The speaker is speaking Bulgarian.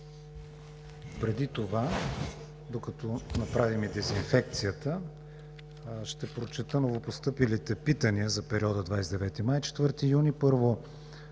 Преди това, докато направим и дезинфекцията, ще прочета новопостъпилите питания за 29 май 2020 г.